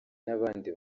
n’abandi